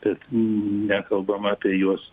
bet nekalbama apie juos